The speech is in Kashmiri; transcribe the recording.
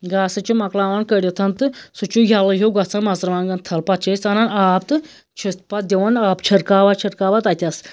گاسہٕ چھِ مۄکلاوان کٔڑِتھ تہٕ سُہ چھُ یَلہٕ ہیوٗ گَژھان مَژرٕوانگن تھَل پَتہٕ چھِ أسۍ ژانان آب تہٕ چھِس پَتہٕ دِوان آبہٕ چھِرکاوا چھِرکاوا تَتٮ۪س